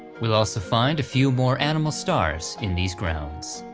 we'll also find a few more animal stars in these grounds.